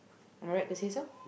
I'm right to say so